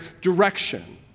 direction